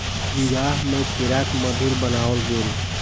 विवाह में केराक मधुर बनाओल गेल